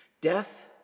Death